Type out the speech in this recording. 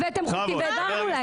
הבאתם חוקים והעברנו להם.